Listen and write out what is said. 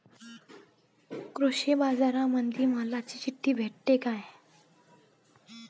कृषीबाजारामंदी मालाची चिट्ठी भेटते काय?